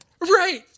Right